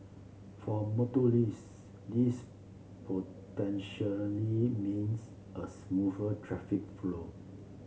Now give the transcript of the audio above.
for motorist this potentially means a smoother traffic flow